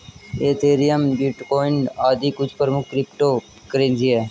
Ethereum, bitcoin आदि कुछ प्रमुख क्रिप्टो करेंसी है